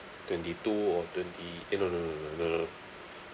twenty two or twenty eh no no no no no